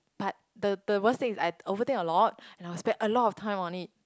but the the worst thing is like overtime a lot and I will spend a lot of time on it